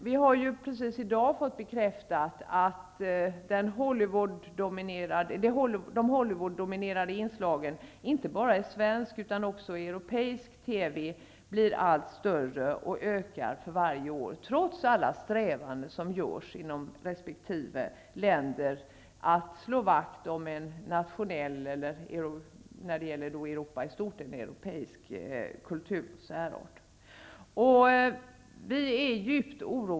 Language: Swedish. Vi har dock i dag fått bekräftat att de Hollywood-dominerade inslagen ökar för varje år, inte bara i svensk TV utan också i övriga Europa, trots alla strävanden som görs i resp. land att slå vakt om en nationell särart, eller, när det gäller Europa i stort, en europeisk kulturell särart.